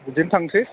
बिदिनो थांसै